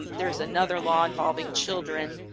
and there's another law involving children